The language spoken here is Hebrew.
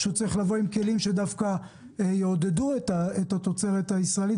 שהוא יבוא עם כלים שדווקא יעודדו את התוצרת הישראלית